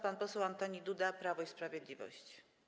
Pan poseł Antoni Duda, Prawo i Sprawiedliwość.